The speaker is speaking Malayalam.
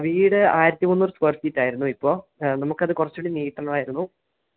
വീട് ആയിരത്തി മുന്നൂറ് സ്ക്വയർ ഫീറ്റ് ആയിരുന്നു ഇപ്പോൾ നമുക്കത് കുറച്ചുകൂടി നീട്ടണമായിരുന്നു